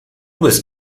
bist